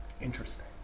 Interesting